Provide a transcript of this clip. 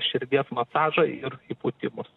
širdies masažą ir įpūtimus